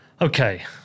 Okay